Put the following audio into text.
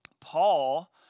Paul